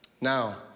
Now